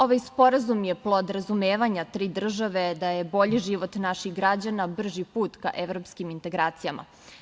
Ovaj sporazum je plod razumevanja tri države da je bolji život naših građana brži put ka evropskim integracijama.